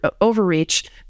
overreach